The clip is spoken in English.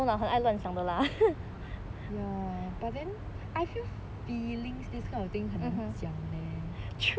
ya but then I feel feelings this kind of thing 很难讲 leh